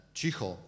cicho